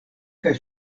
kaj